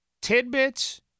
Tidbits